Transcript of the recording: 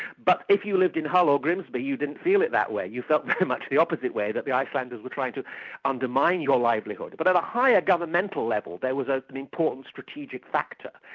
but if you lived in hull or grimsby you didn't feel it that way, you felt very much the opposite way, that the icelanders were trying to undermine your livelihood. but at a higher governmental level there was an important strategic factor,